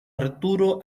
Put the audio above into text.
arturo